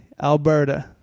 Alberta